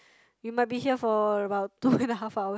you might be here for about two and a half hours